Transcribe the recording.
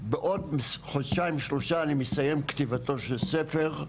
בעוד חודשיים-שלושה, אני מסיים כתיבתו של ספר,